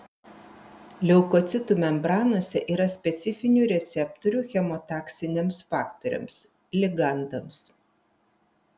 leukocitų membranose yra specifinių receptorių chemotaksiniams faktoriams ligandams